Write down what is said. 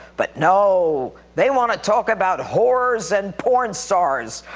but no! they want to talk about whores and pornstars,